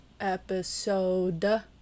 episode